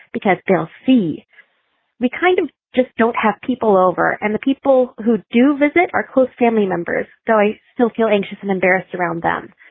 because they'll see me kind of just don't have people over. and the people who do visit our close family members, though, i still feel anxious and embarrassed around them.